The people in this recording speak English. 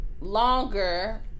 longer